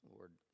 Lord